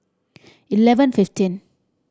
eleven fifteen